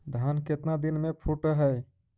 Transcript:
धान केतना दिन में फुट है?